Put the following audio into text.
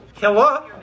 Hello